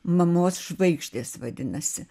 mamos žvaigždės vadinasi